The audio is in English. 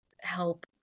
help